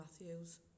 Matthews